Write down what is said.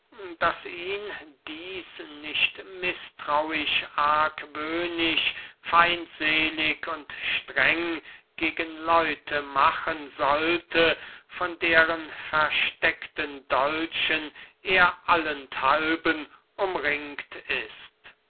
daß ihn dieß nicht mißtrauisch argwöhnisch feindselig und streng gegen leute machen sollte von deren versteckten dolchen er allenthalben umringt ist